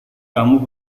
kamu